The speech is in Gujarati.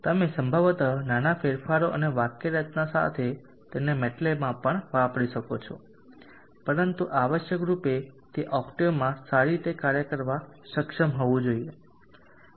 તમે સંભવત નાના ફેરફારો અને વાક્યરચના સાથે તેને MATLAB માં પણ વાપરી શકો છો પરંતુ આવશ્યકરૂપે તે ઓક્ટવ માં સારી રીતે કાર્ય કરવા સક્ષમ હોવું જોઈએ